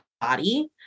body